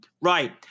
Right